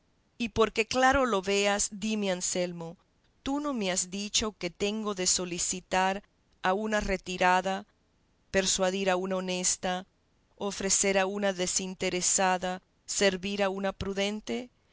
y porque claro lo veas dime anselmo tú no me has dicho que tengo de solicitar a una retirada persuadir a una honesta ofrecer a una desinteresada servir a una prudente